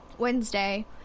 wednesday